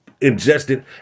ingested